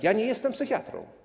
Ja nie jestem psychiatrą.